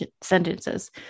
sentences